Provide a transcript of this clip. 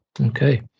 Okay